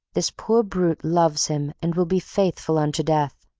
this poor brute loves him and will be faithful unto death.